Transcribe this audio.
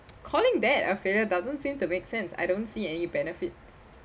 calling that a failure doesn't seem to make sense I don't see any benefit